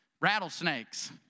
rattlesnakes